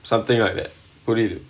something like that what do you do